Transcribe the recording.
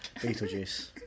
Beetlejuice